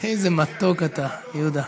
איזה מתוק אתה, יהודה.